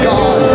God